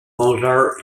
mozart